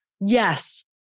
yes